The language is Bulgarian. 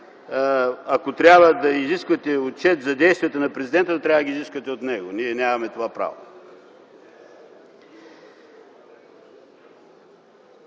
Ако трябва да изискате отчет за действията на президента, трябва да ги изисквате от него. Ние нямаме това право.